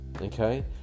okay